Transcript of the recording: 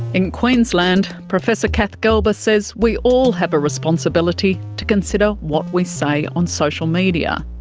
in queensland, professor kath gelber says we all have a responsibility to consider what we say on social media,